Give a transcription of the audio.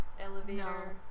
Elevator